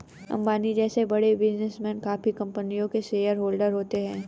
अंबानी जैसे बड़े बिजनेसमैन काफी कंपनियों के शेयरहोलडर होते हैं